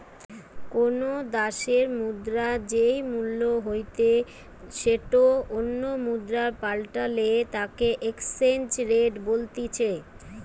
কোনো দ্যাশের মুদ্রার যেই মূল্য হইতে সেটো অন্য মুদ্রায় পাল্টালে তাকে এক্সচেঞ্জ রেট বলতিছে